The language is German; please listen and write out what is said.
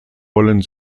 wollen